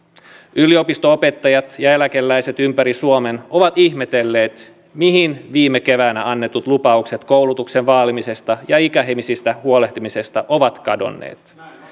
yliopisto opettajat ja eläkeläiset ympäri suomen ovat ihmetelleet mihin viime keväänä annetut lupaukset koulutuksen vaalimisesta ja ikäihmisistä huolehtimisesta ovat kadonneet